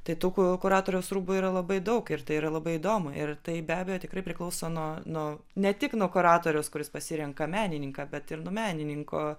tai tų ku kuratoriaus rūbų yra labai daug ir tai yra labai įdomu ir tai be abejo tikrai priklauso nuo nuo ne tik nuo kuratoriaus kuris pasirenka menininką bet ir nuo menininko